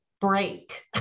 break